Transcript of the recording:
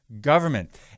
government